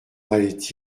valait